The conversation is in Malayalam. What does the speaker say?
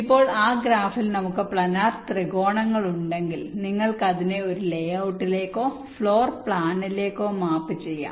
ഇപ്പോൾ ആ ഗ്രാഫിൽ നമുക്ക് പ്ലാനർ ത്രികോണങ്ങൾ ഉണ്ടെങ്കിൽ നിങ്ങൾക്ക് അത് ഒരു ലേ ഔട്ടിലേക്കോ ഫ്ലോർ പ്ലാനിലേക്കോ മാപ്പ് ചെയ്യാം